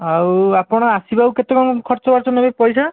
ଆଉ ଆପଣ ଆସିବାକୁ କେତେ କ'ଣ ଖର୍ଚ୍ଚ ବାର୍ଚ୍ଚ ନେବେ ପଇସା